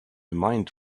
mind